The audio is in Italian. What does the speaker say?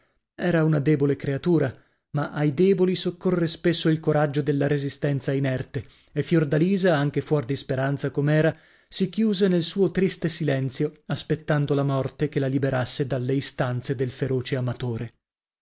era una debole creatura ma ai deboli soccorre spesso il coraggio della resistenza inerte e fiordalisa anche fuor di speranza com'era si chiuse nel suo triste silenzio aspettando la morte che la liberasse dalle istanze del feroce amatore